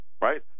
right